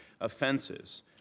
offenses